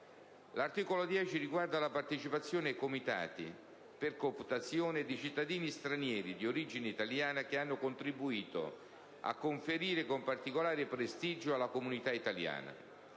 L'articolo 10 riguarda la partecipazione ai Comitati, per cooptazione, di cittadini stranieri di origine italiana che hanno contribuito a conferire particolare prestigio alla comunità italiana.